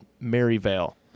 Maryvale